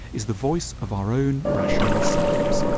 is the voice of our own rational selves.